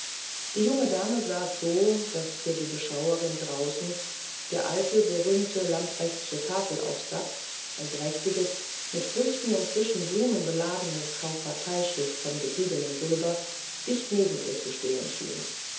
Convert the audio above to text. die junge dame saß so daß für die beschauerin draußen der alte berühmte lamprechtsche tafelaufsatz ein mächtiges mit früchten und frischen blumen beladenes kauffahrteischiff von gediegenem silber dicht neben ihr zu stehen schien